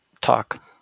talk